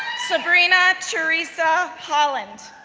sabrina teresa holland,